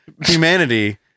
humanity